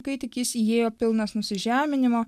kai tik jis įėjo pilnas nusižeminimo